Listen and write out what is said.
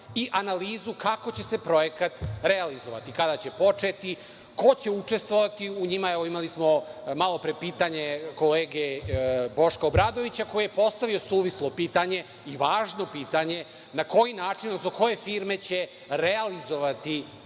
i analizu kako će se projekat realizovati, kada će početi, ko će učestvovati u njima. Evo, imali smo malopre pitanje kolege Boška Obradovića koji je postavio suvislo pitanje, važno pitanje, na koji način, odnosno koje firme će realizovati taj